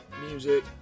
music